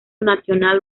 national